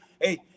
Hey